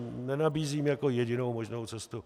Nenabízím to jako jedinou možnou cestu.